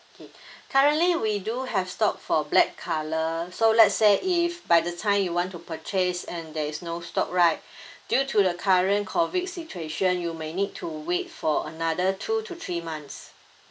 okay currently we do have stock for black colour so let's say if by the time you want to purchase and there is no stock right due to the current COVID situation you may need to wait for another two to three months